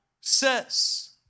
says